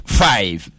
five